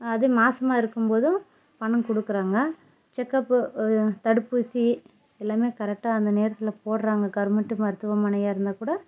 அதே மாசமாக இருக்கும்போதும் பணம் கொடுக்குறாங்க செக்கப்பு தடுப்பூசி எல்லாமே கரெக்ட்டாக அந்த நேரத்தில் போடுறாங்க கவுர்மெண்ட்டு மருத்துவமனையாக இருந்தால் கூட